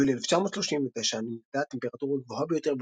ביולי 1939 נמדדה הטמפרטורה הגבוהה ביותר בברקנרידג'